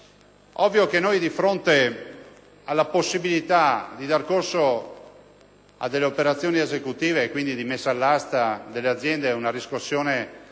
ovvio che, di fronte alla possibilità di dar corso a operazioni esecutive, quindi di messa all'asta delle aziende, e alla riscossione forzosa